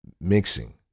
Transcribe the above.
Mixing